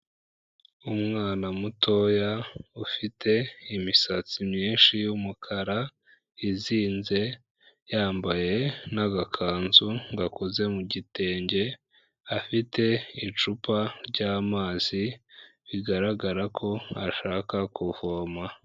Umwana mutoya ufite imisatsi myinshi y'umukara izinze, yambaye n'agakanzu gakoze mu gitenge, afite icupa ry'amazi, bigaragara ko ashaka kuvoma.